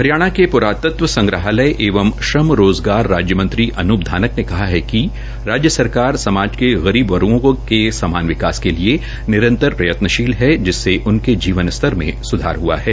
हरियाणा के पुरातत्व संग्रहालय एवं श्रम रोजगार राज्यमंत्री अनुप धानक ने कहा कि राज्य सरकार समाज के गरीब वर्गो के समान विकास के लिए निरंतर प्रयत्नशील है जिससे उनके जीवन स्तर में सुधार हुआ है